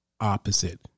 opposite